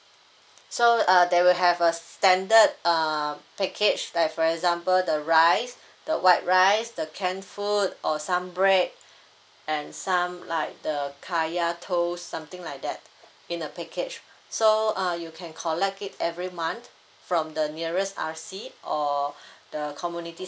so uh they will have a standard err package like for example the rice the white rice the canned food or some bread and some like the kaya toast something like that in a package so uh you can collect it every month from the nearest R_C or the community